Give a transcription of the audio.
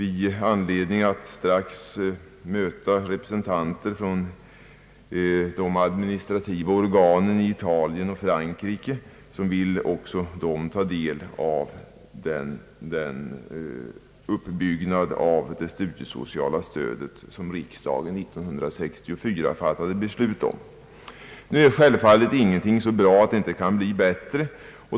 Inom kort möter representanter för de administrativa organen i Italien och Frankrike upp och vill ta del av erfarenheterna av det studiesociala stödet som riksdagen 1964 fattade beslut om. Nu är självfallet ingenting så bra att det inte kan bli bättre.